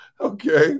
okay